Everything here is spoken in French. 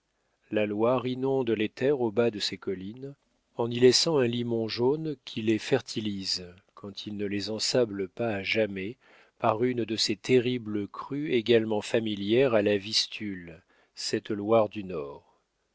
la loire inonde les terres au bas de ces collines en y laissant un limon jaune qui les fertilise quand il ne les ensable pas à jamais par une de ces terribles crues également familières à la vistule cette loire du nord